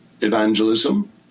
evangelism